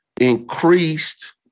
increased